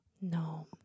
No